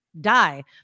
die